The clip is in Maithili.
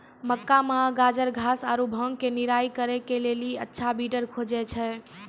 मक्का मे गाजरघास आरु भांग के निराई करे के लेली अच्छा वीडर खोजे छैय?